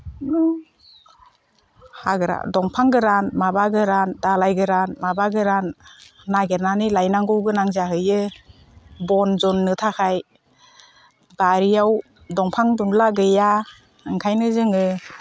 हाग्रा दंफां गोरान माबा गोरान दालाय गोरान माबा गोरान नागिरनानै लायनांगौ गोनां जाहैयो बन जननो थाखाय बारियाव दंफां दंला गैया ओंखायनो जोङो